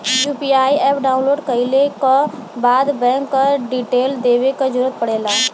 UPI app download कइले क बाद बैंक क डिटेल देवे क जरुरत पड़ेला